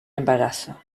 embarazo